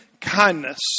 kindness